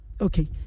okay